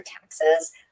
taxes